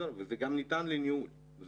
וזה גם ניתן לניהול.